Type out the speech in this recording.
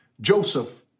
Joseph